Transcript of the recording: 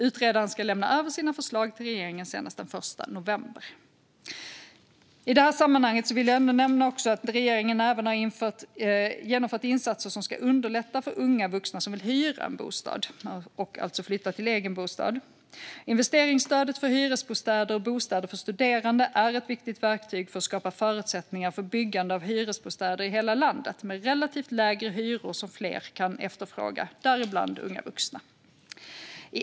Utredaren ska lämna sina förslag till regeringen senast den 1 november. I det här sammanhanget vill jag nämna att regeringen även har genomfört insatser som ska underlätta för unga vuxna som vill hyra en bostad att flytta till en egen bostad. Investeringsstödet för hyresbostäder och bostäder för studerande är ett viktigt verktyg för att skapa förutsättningar för byggande av hyresbostäder i hela landet med relativt lägre hyror som fler, däribland unga vuxna, kan efterfråga.